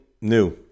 new